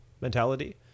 mentality